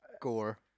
Gore